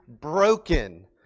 broken